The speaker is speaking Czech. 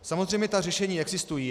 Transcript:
Samozřejmě ta řešení existují.